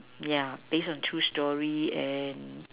yeah based on true story and